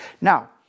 now